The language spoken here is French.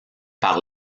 par